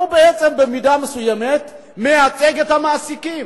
שהוא בעצם במידה מסוימת מייצג את המעסיקים,